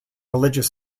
religious